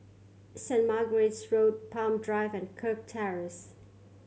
Saint Margaret's Road Palm Drive and Kirk Terrace